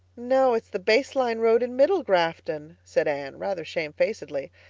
no, it's the base line road in middle grafton, said anne, rather shamefacedly.